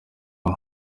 uwo